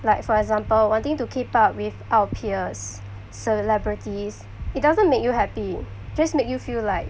like for example wanting to keep up with our peers celebrities it doesn't make you happy just make you feel like